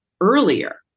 earlier